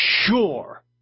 sure